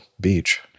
beach